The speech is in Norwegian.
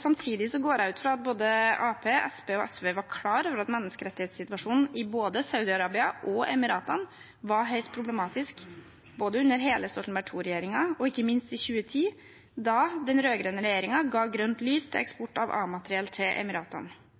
Samtidig går jeg ut fra at både Arbeiderpartiet, Senterpartiet og SV var klar over at menneskerettighetssituasjonen i både Saudi-Arabia og Emiratene var høyst problematisk, både under hele Stoltenberg II-regjeringen og ikke minst i 2010, da den rød-grønne regjeringen ga grønt lys til eksport av A-materiell til Emiratene,